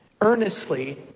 earnestly